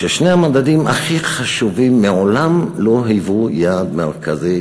ששני המדדים הכי חשובים מעולם לא היו יעד מרכזי,